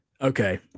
Okay